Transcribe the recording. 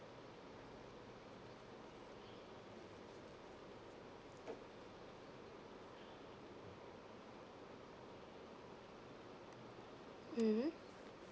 mmhmm